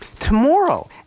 Tomorrow